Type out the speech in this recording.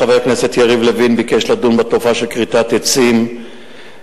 חבר הכנסת יריב לוין ביקש לדון בתופעה של כריתת עצים מכוונת